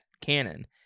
canon